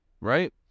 Right